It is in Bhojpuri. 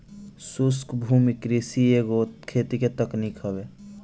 शुष्क भूमि कृषि एगो खेती के तकनीक हवे